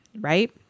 right